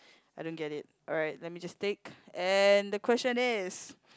I don't get it alright let me just take and the question is